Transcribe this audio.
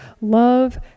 love